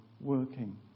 working